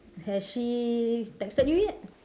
has she texted you yet